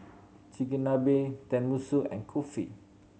Chigenabe Tenmusu and Kulfi